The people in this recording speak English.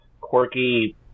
quirky